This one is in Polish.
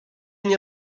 nie